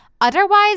Otherwise